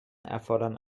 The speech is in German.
erfordern